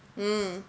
mm